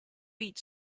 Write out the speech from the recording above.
beat